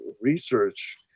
research